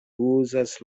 uzas